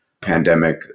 pandemic